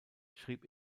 schrieb